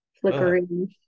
flickering